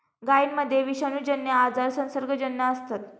गायींमध्ये विषाणूजन्य आजार संसर्गजन्य असतात